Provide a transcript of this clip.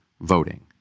voting